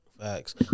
Facts